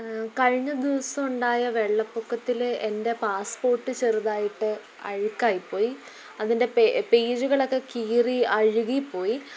കഴിഞ്ഞ ദിവസം ഉണ്ടായ വെള്ളപൊക്കത്തിൽ എൻ്റെ പാസ്പോർട്ട് ചെറുതായിട്ട് അഴുക്കായി പോയി അതിൻ്റെ പേ പേജുകളൊക്കെ കീറി അഴുകിപ്പോയി